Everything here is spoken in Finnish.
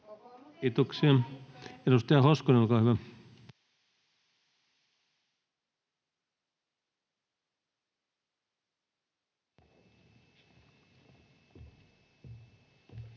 Kiitoksia. — Edustaja Hoskonen, olkaa hyvä.